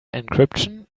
encryption